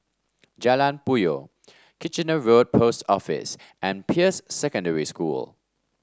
Jalan Puyoh Kitchener Road Post Office and Peirce Secondary School